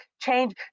change